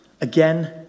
Again